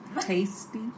Tasty